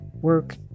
work